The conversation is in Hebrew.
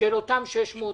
של אותם 600 תקנים.